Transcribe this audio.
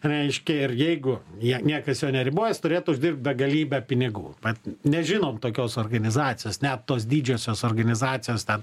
reiškia ir jeigu jie niekas jo neriboja turėtų uždirbt begalybę pinigų bet nežinom tokios organizacijos net tos didžiosios organizacijos ten